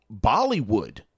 Bollywood